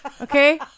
Okay